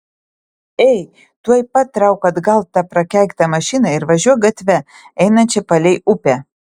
ei tuoj pat trauk atgal tą prakeiktą mašiną ir važiuok gatve einančia palei upę